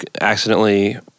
accidentally